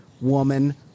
woman